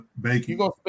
bacon